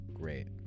Great